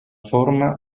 forma